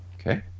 Okay